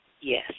Yes